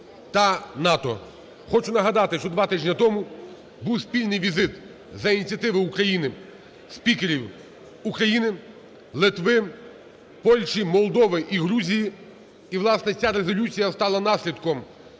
та НАТО. Хочу нагадати, що два тижні тому був спільний візит за ініціативи України спікерів України, Литви, Польщі, Молдови і Грузії. І, власне, ця резолюція стала наслідком